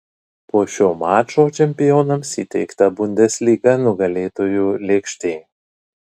po šio mačo čempionams įteikta bundesliga nugalėtojų lėkštė